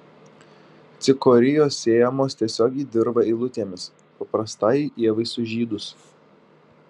cikorijos sėjamos tiesiog į dirvą eilutėmis paprastajai ievai sužydus